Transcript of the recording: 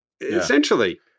Essentially